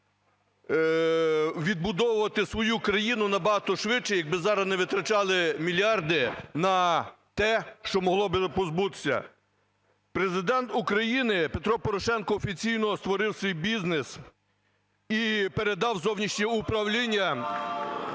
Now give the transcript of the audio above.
відбудовувати свою країну набагато швидше, якби зараз не витрачали мільярди на те, що могли би позбутися? Президент України Петро Порошенко офіційно створив свій бізнес і передав у зовнішнє управління…